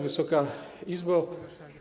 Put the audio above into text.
Wysoka Izbo!